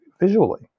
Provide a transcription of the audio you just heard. visually